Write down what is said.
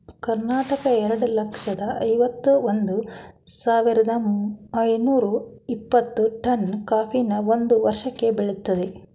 ಕರ್ನಾಟಕ ಎರಡ್ ಲಕ್ಷ್ದ ಐವತ್ ಒಂದ್ ಸಾವಿರ್ದ ಐನೂರ ಇಪ್ಪತ್ತು ಟನ್ ಕಾಫಿನ ಒಂದ್ ವರ್ಷಕ್ಕೆ ಬೆಳಿತದೆ